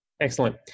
Excellent